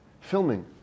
filming